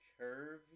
Curvy